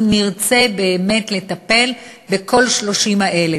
אם נרצה באמת לטפל בכל ה-30,000.